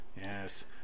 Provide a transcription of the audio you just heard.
yes